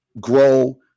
grow